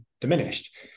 diminished